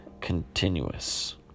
continuous